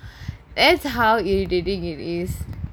that's how irritating it is